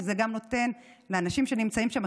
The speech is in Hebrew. כי זה גם נותן לאנשים שנמצאים שם,